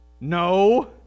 no